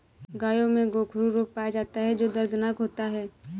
गायों में गोखरू रोग पाया जाता है जो दर्दनाक होता है